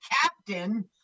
captain